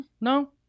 no